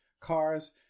cars